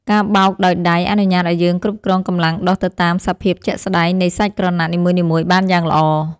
ការបោកដោយដៃអនុញ្ញាតឱ្យយើងគ្រប់គ្រងកម្លាំងដុសទៅតាមសភាពជាក់ស្តែងនៃសាច់ក្រណាត់នីមួយៗបានយ៉ាងល្អ។